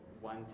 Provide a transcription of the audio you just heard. one